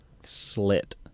slit